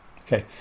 okay